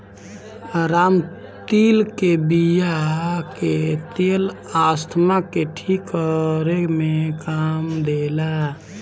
रामतिल के बिया के तेल अस्थमा के ठीक करे में काम देला